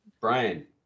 Brian